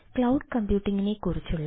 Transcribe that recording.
cloud കമ്പ്യൂട്ടിംഗിനെക്കുറിച്ചുള്ള